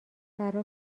برا